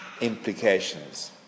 implications